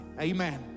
Amen